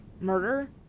murder